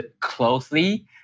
closely